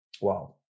Wow